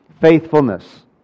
faithfulness